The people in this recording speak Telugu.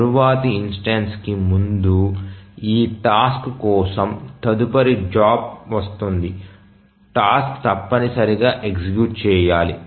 తరువాతి ఇన్స్టెన్సుకి ముందు ఈ టాస్క్ కోసం తదుపరి జాబ్ వస్తుంది టాస్క్ తప్పనిసరిగా ఎగ్జిక్యూట్ చేయాలి